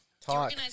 talk